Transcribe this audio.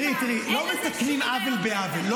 תראי, לא מתקנים עוול בעוול.